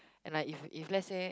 and like if if let's say